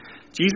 Jesus